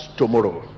tomorrow